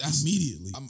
immediately